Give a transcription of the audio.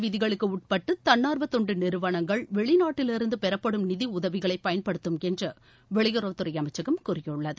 விதிகளுக்கு உட்பட்டு தன்னார்வ நாட்டின் தொண்டு நிறுவனங்கள் சட்ட வெளிநாட்டிலிருந்து பெறப்படும் நிதி உதவிகளை பயன்படுத்தும் என்று வெளியுறவுத்துறை அமைச்சகம் கூறியுள்ளது